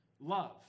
love